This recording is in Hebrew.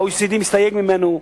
ה-OECD מסתייג ממנו.